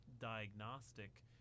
diagnostic